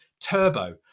turbo